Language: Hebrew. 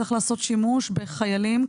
צריך לעשות שימוש בחיילים,